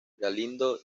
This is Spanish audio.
galindo